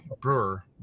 brewer